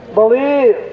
believe